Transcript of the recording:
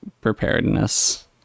preparedness